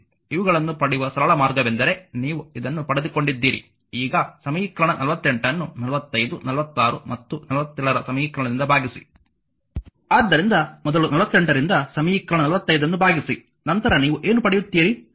ಇವುಗಳನ್ನು ಪಡೆಯುವ ಸರಳ ಮಾರ್ಗವೆಂದರೆ ನೀವು ಇದನ್ನು ಪಡೆದುಕೊಂಡಿದ್ದೀರಿ ಈಗ ಸಮೀಕರಣ 48 ಅನ್ನು 45 46 ಮತ್ತು 47 ರ ಸಮೀಕರಣದಿಂದ ಭಾಗಿಸಿ ಆದ್ದರಿಂದ ಮೊದಲು 48 ರಿಂದ ಸಮೀಕರಣ 45 ಅನ್ನು ಭಾಗಿಸಿ ನಂತರ ನೀವು ಏನು ಪಡೆಯುತ್ತೀರಿ